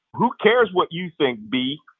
who cares what you think, b,